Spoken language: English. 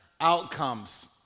outcomes